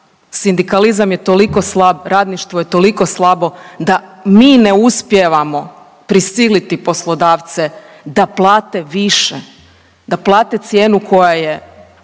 Sindikalizam je toliko slab, radništvo je toliko slabo da mi ne uspijevamo prisiliti poslodavce da plate više, da plate cijenu koja je